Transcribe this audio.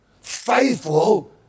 Faithful